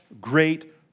great